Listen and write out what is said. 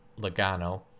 logano